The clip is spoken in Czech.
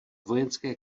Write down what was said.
vojenské